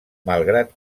malgrat